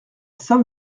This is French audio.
saint